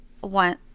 one